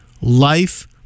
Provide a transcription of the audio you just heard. life